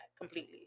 completely